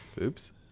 Oops